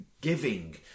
giving